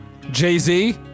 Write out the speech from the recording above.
Jay-Z